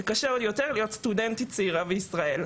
ושקשה עוד יותר להיות סטודנטית צעירה בישראל.